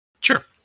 Sure